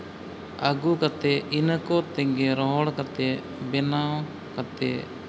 ᱟᱹᱜᱩ ᱠᱟᱛᱮᱫ ᱤᱱᱟᱹ ᱠᱚ ᱛᱮᱜᱮ ᱨᱚᱦᱚᱲ ᱠᱟᱛᱮᱫ ᱵᱮᱱᱟᱣ ᱠᱟᱛᱮᱫ